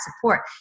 support